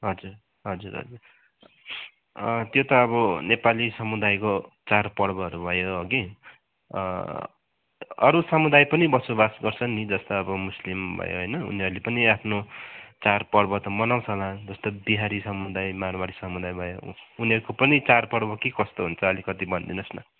हजुर हजुर हजुर त्यो त अब नेपाली समुदायको चाडपर्वहरू भएर हो कि अरू समुदाय पनि बसोबास गर्छन नि जस्तो अब मुस्लिम भयो होइन उनीहरूले पनि आफ्नो चाडपर्व त मनाउँछनै जस्तै बिहारी समुदाय मारवाडी समुदाय भयो उनीहरूको पनि चाडपर्व के कस्तो हुन्छ अलिकति भनिदिनुहोस् न